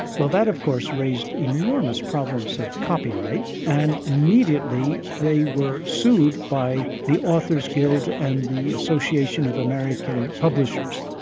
well that of course raised enormous problems of copyright, and immediately they were sued by the authors' guild and the association of american publishers.